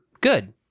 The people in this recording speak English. good